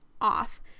off